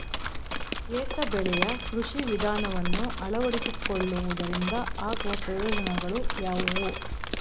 ಏಕ ಬೆಳೆಯ ಕೃಷಿ ವಿಧಾನವನ್ನು ಅಳವಡಿಸಿಕೊಳ್ಳುವುದರಿಂದ ಆಗುವ ಪ್ರಯೋಜನಗಳು ಯಾವುವು?